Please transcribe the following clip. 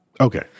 Okay